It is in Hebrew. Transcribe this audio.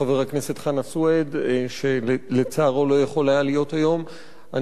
יושב-ראש ועדת הכספים.